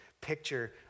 picture